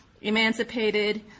emancipated